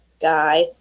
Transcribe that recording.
guy